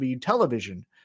television